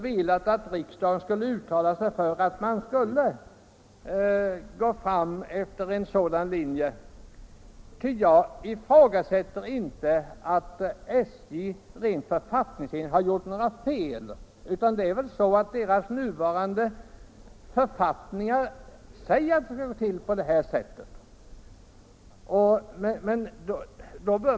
Jag ifrågasätter emellertid inte att SJ rent författningsmässigt gjort några fel. Det är väl så att den nuvarande författningen föreskriver att det skall gå till på det här sättet.